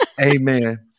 Amen